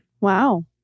Wow